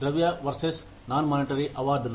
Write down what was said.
ద్రవ్య versus non monetary అవార్డులు